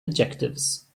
adjectives